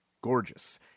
gorgeous